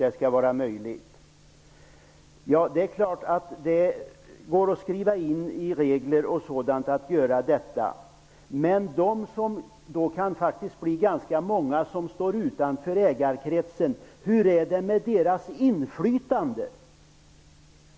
Det är klart att det går att ta med sådant i regler. Men det kan bli många som står utanför ägarkretsen. Hur är det med deras inflytande?